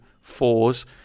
fours